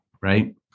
right